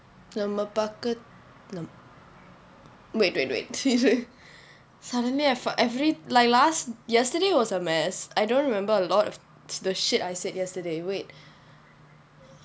நம்ம பக்கத்து நம்:namma pakkathu nam wait wait wait sorry sorry suddenly I for~ every like last yesterday was a mess I don't remember a lot of the shit I said yesterday wait